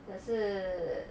可是